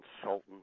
consultant